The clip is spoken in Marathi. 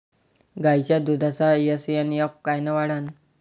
गायीच्या दुधाचा एस.एन.एफ कायनं वाढन?